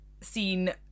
seen